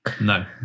No